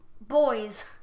boys